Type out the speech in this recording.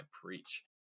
preach